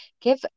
give